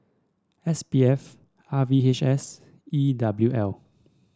S P F R V H S and E W L